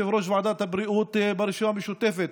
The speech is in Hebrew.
יושב-ראש ועדת הבריאות ברשימה המשותפת,